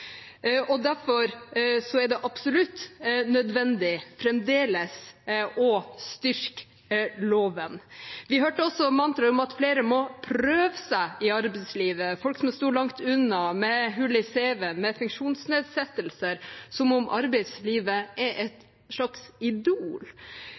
Derfor er det absolutt nødvendig, fremdeles, å styrke loven. Vi hørte også mantraet om at flere må få prøve seg i arbeidslivet – folk som sto langt unna, med hull i cv-en, med funksjonsnedsettelser – som om arbeidslivet er